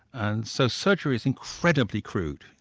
and so surgery's incredibly crude.